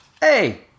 Hey